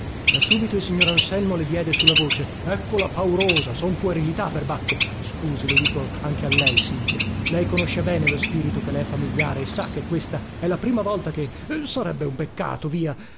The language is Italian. ma subito il signor anselmo le diede su la voce ecco la paurosa son puerilità perbacco scusi lo dico anche a lei silvia lei conosce bene lo spirito che le è familiare e sa che questa è la prima volta che sarebbe un peccato via